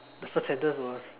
the first sentence was